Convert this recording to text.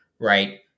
right